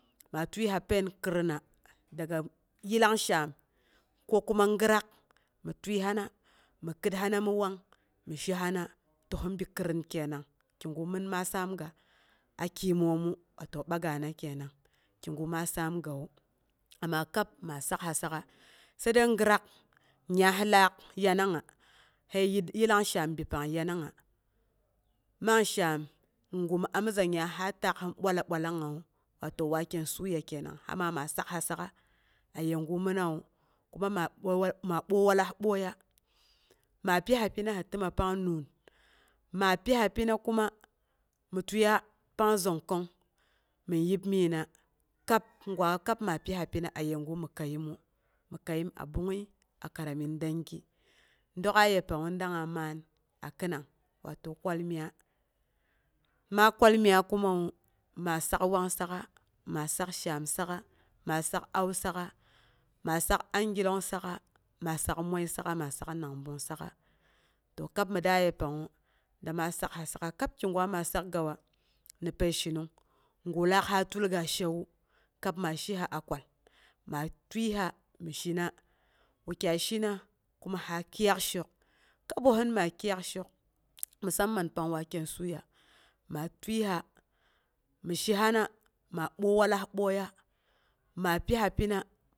Ma tieiha pain kirina daga yillang shaam ko kuma girak mi tiəihana mi kəothina mi wang mi shihina to hinbi kirim kenanggu mim maa saamga a khimmoomu, watau amma kab ma sak'ha sak'a, sai de cairak nya hilaak yanangugh sai yillang shaam bi pang yanang man shaam bi pang yanang man shaam gu mi mumiza 'nya sa tarak sin bwala- bwalangngawu watau walen suya kenang, ha ma ma sakha sak'a ayegu ma nawu. Kuma ma boi wa, ma boi walas boiye. Ma pisa pina hi təma pang noo'on, pna piha pina kuma mi tieiya pang zhong kong mɨn yebmiina. kab kigwa kab ma piha pina ayepang yegu mi kəiemu, mi kəiem a bungngəi a karami dengi. Dək'a yepangngu dangnga maan a khinang watou kwalmya, ma kwalmya kumawu, ma sak wang sak'a, ma sak shaam sak'a, ma saa au sak'a, ma sak angilang sak'a, masak mwai saka ma sak nabung sak'a. To kap mi daa yepangngu dama sak'ha sak'a kab kigwa ama sak'gawa ni pərishinung gu laak ha tulga shewu. Kab ma shiha a kwal. Ma tieiha mi shina, wukyai shina kuma a kɨiyak hok, kabohin ma kɨiyak shok, musamman pang waken suya, ma tiəiha mi shihana ma oboi walas boiya. Ma piha pina